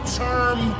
term